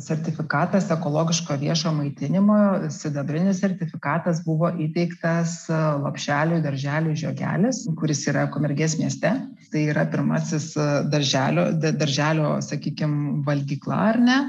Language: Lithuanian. sertifikatas ekologiško viešo maitinimo sidabrinis sertifikatas buvo įteiktas lopšeliui darželiui žiogelis kuris yra ukmergės mieste tai yra pirmasis darželio d darželio sakykim valgykla ar ne